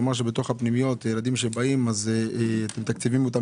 שאמר שילדים שבאים לפנימיות אתם מתקצבים אותם